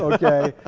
okay.